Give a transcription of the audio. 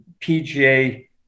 PGA